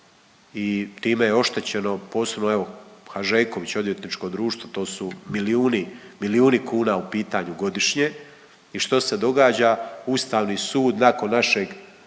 i time je oštećeno, posebno, evo, Hanžeković, odvjetničko društvo, to su milijuni, milijuni kuna u pitanju godišnje i što se događa, Ustavni sud nakon našeg